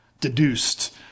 deduced